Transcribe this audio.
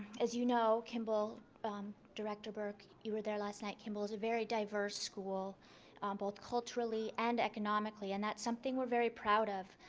as you know kimball director burke you were there last night kimball's a very diverse school um both culturally and economically and that's something we're very proud of.